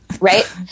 right